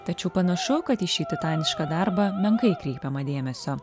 tačiau panašu kad į šį titanišką darbą menkai kreipiama dėmesio